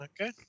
Okay